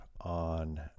on